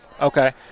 Okay